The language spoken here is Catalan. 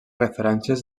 referències